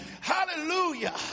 Hallelujah